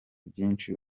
byinshi